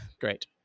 Great